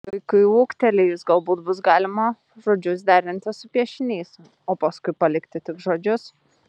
vaikui ūgtelėjus galbūt bus galima žodžius derinti su piešiniais o paskui palikti tik žodžius